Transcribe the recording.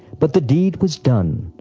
but the deed was done.